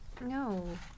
No